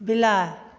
बिलाड़ि